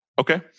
Okay